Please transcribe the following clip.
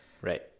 right